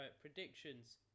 predictions